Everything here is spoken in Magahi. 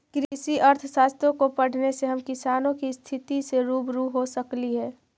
कृषि अर्थशास्त्र को पढ़ने से हम किसानों की स्थिति से रूबरू हो सकली हे